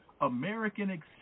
American